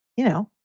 you know,